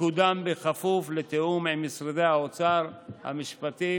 תקודם בכפוף לתיאום עם משרדי האוצר, המשפטים,